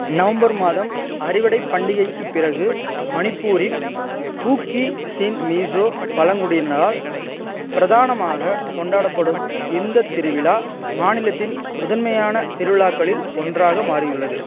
November மாதம் அறுவடைப் பண்டிகைக்குப் பிறகு மணிப்பூரின் குக்கி சின் மிசோ பழங்குடியினரால் பிரதானமாகக் கொண்டாடப்படும் இந்த திருவிழா மாநிலத்தின் முதன்மையான திருவிழாக்களில் ஒன்றாக மாறியுள்ளது